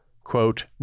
quote